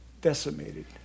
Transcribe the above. Decimated